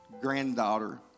granddaughter